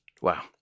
Wow